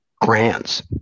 grants